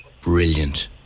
Brilliant